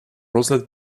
розгляд